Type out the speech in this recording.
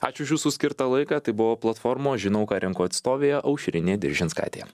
ačiū už jūsų skirtą laiką tai buvo platformos žinau ką renku atstovė aušrinė diržinskaitė